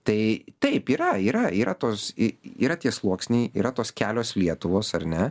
tai taip yra yra yra tos yra tie sluoksniai yra tos kelios lietuvos ar ne